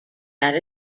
that